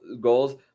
goals